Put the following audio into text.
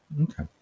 Okay